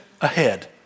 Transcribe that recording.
ahead